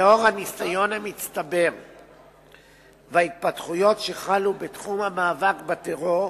לאור הניסיון המצטבר וההתפתחויות שחלו בתחום המאבק בטרור,